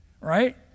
Right